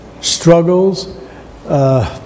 struggles